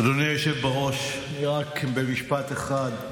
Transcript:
אדוני היושב בראש, רק במשפט אחד: